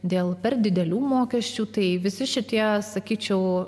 dėl per didelių mokesčių tai visi šitie sakyčiau